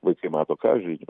vaikai mato ką aš žaidžiu